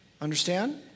Understand